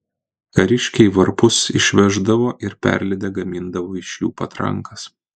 kariškiai varpus išveždavo ir perlydę gamindavo iš jų patrankas